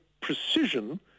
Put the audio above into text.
precision